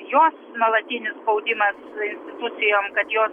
jos nuolatinis spaudimas institucijom kad jos